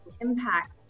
impact